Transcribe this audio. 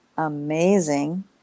Amazing